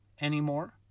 anymore